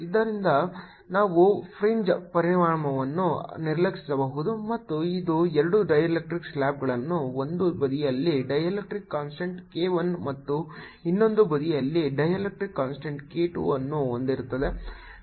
ಆದ್ದರಿಂದ ನಾವು ಫ್ರಿಂಜ್ ಪರಿಣಾಮಗಳನ್ನು ನಿರ್ಲಕ್ಷಿಸಬಹುದು ಮತ್ತು ಇದು 2 ಡೈಎಲೆಕ್ಟ್ರಿಕ್ಸ್ ಸ್ಲಾಬ್ಗಳನ್ನು ಒಂದು ಬದಿಯಲ್ಲಿ ಡೈಎಲೆಕ್ಟ್ರಿಕ್ಸ್ ಕಾನ್ಸ್ಟಂಟ್ k 1 ಮತ್ತು ಇನ್ನೊಂದು ಬದಿಯಲ್ಲಿ ಡೈಎಲೆಕ್ಟ್ರಿಕ್ಸ್ ಕಾನ್ಸ್ಟಂಟ್ k 2 ಅನ್ನು ಹೊಂದಿರುತ್ತದೆ